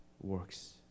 works